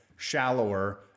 shallower